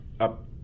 up